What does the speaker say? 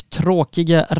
tråkiga